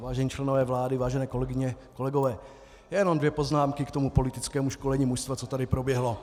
Vážení členové vlády, vážené kolegyně, kolegové, jenom dvě poznámky k politickému školení mužstva, co tady proběhlo.